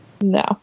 no